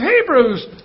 Hebrews